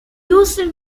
used